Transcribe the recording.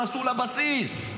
נסעו לבסיס.